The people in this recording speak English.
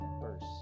verse